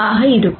ஆக இருக்கும்